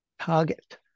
target